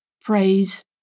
Praise